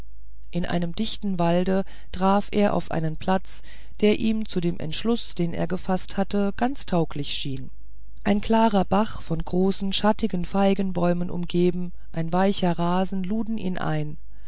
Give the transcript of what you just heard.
in einem dichten walde traf er auf einen platz der ihm zu dem entschluß den er gefaßt hatte ganz tauglich schien ein klarer bach von großen schattigen feigenbäumen umgeben ein weicher rasen luden ihn ein